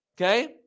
Okay